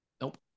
nope